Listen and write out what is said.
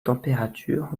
températures